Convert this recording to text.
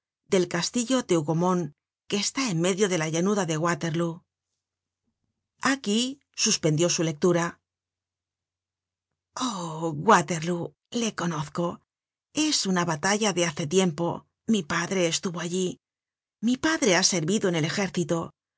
del castillo de hougomont que está en medio de la llanura de waterlóo content from google book search generated at aquí suspendió su lectura ah waterlóo le conozco es una batalla de hace tiempo mi padre estuvo allí mi padre ha servido en el ejército